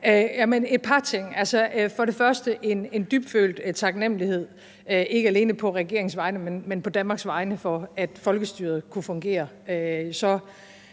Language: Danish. For det første en dybfølt taknemlighed, ikke alene på regeringens vegne, men på Danmarks vegne, for, at folkestyret har kunnet fungere